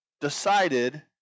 decided